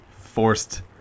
forced